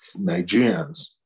Nigerians